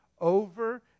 over